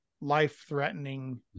life-threatening